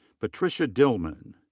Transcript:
patricia dillman.